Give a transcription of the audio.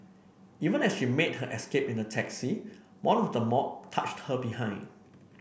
even as she made her escape in a taxi one of the mob touched her behind